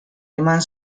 eman